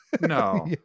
No